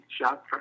shot